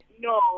no